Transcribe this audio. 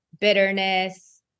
bitterness